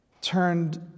turned